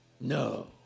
No